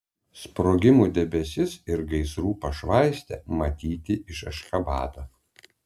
sprogimų debesis ir gaisrų pašvaistė matyti iš ašchabado